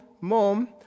Mom